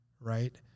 right